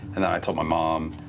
and then i told my mom,